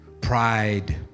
pride